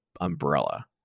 umbrella